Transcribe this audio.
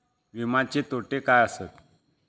विमाचे तोटे काय आसत?